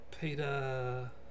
Peter